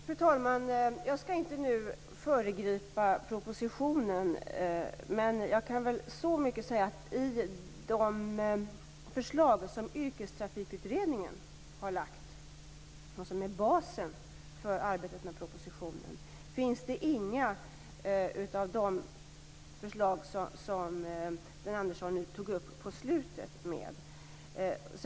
Fru talman! Jag skall inte nu föregripa propositionen, men jag kan säga så mycket att det i de förslag som yrkestrafikutredningen har lagt fram, som är basen för arbetet med propositionen, inte nämns något om det som Sten Andersson tog upp på slutet.